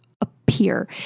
appear